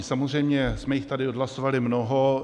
Samozřejmě jsme jich tady odhlasovali mnoho.